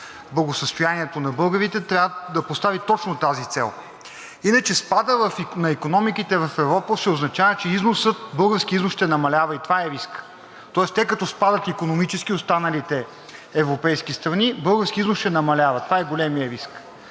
българите, трябва да постави точно тази цел, иначе спадът на икономиките в Европа ще означава, че българският износ ще намалява и това е риск. Тоест, като спадат икономически останалите европейски страни, българският износ ще намалява, това е големият риск.